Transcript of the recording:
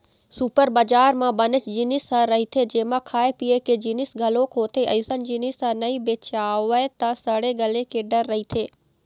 super बजार म बनेच जिनिस ह रहिथे जेमा खाए पिए के जिनिस घलोक होथे, अइसन जिनिस ह नइ बेचावय त सड़े गले के डर रहिथे